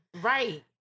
Right